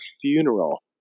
funeral